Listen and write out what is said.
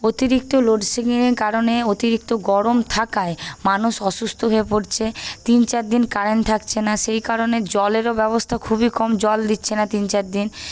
অতিরিক্ত লোডশেডিংয়ের কারণে অতিরিক্ত গরম থাকায় মানুষ অসুস্থ হয়ে পরছে তিন চারদিন কারেন্ট থাকছে না সেই কারনে জলেরও ব্যবস্থা খুবই কম জল দিচ্ছে না তিন চার দিন